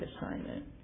assignment